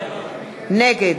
נגד